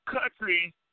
country